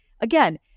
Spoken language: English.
again